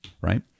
right